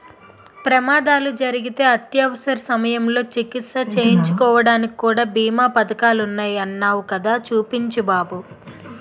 ప్రమాదాలు జరిగితే అత్యవసర సమయంలో చికిత్స చేయించుకోడానికి కూడా బీమా పదకాలున్నాయ్ అన్నావ్ కదా చూపించు బాబు